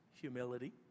humility